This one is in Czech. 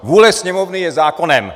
Vůle Sněmovny je zákonem.